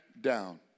down